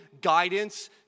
guidance